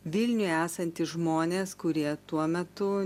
vilniuje esantys žmonės kurie tuo metu